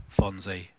Fonzie